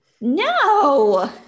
no